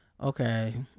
okay